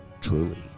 Truly